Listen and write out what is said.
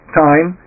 time